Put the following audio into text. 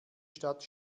stadt